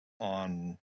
on